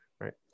Right